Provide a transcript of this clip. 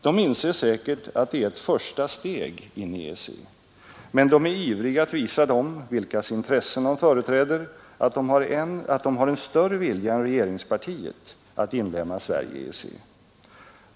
De inser säkert att det är ett första steg in i EEC. Men de är ivriga att visa dem, vilkas intressen de företräder, att de har en större vilja än regeringspartiet att inlemma Sverige i EEC.